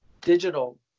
digital